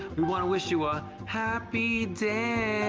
we want to wish you a happy dance.